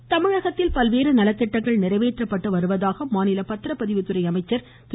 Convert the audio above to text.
வீரமணி தமிழகத்தில் பல்வேறு நலத்திட்டங்கள் நிறைவேற்றப்பட்டு வருவதாக மாநில பத்திரப்பதிவுத்துறை அமைச்சர் திரு